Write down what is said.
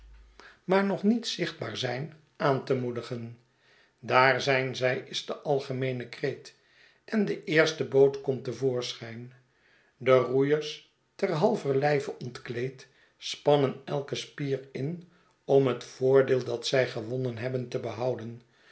maar nog niet zichtbaar zijn aan te moedigen daar zijn zij is de algemeene kreet en de eerste boot komt te voorschijn de roeiers ter halver lijve ontkleed spannen elke spier in om het voordeel dat zij gewonnen hebben te behouden